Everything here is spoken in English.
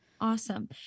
Awesome